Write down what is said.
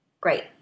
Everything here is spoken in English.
Great